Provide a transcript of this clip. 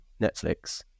Netflix